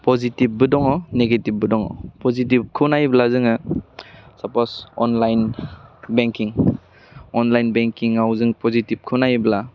पजिटिबबो दङ नेगिटिबबो दङ पजिटिबखौ नायोब्ला जोङो सापस अनलाइन बेंकिं अनलाइन बेंकिंआव जों पजिटिबखौ नायोब्ला